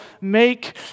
make